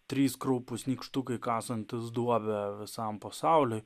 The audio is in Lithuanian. trys kraupūs nykštukai kasantys duobę visam pasauliui